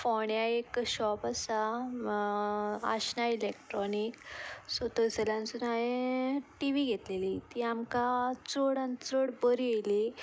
फोंण्या एक शॉप आसा आश्ना इलॅक्ट्रोनीक सो थंयसरल्यानसून हांवें टी वी घेतलेली ती आमकां चड आनी चड बरी येली